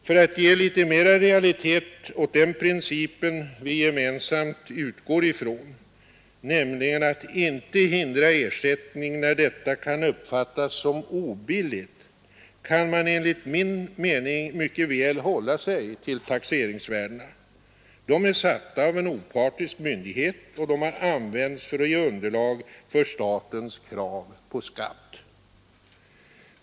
För att ge litet mer resultat åt den princip vi gemensamt utgår från —= Nr 144 nämligen att inte hindra ersättning där detta kan uppfattas som obilligt — Fredagen den kan man enligt min mening mycket väl hålla sig till de taxeringsvärdena. 15 december 1972 De är satta av en opartisk myndighet, och de har använts för at ge. —L ———— ir L Erhåll RAR så änkna >— Regional utveckunderlag för statens krav på skatt.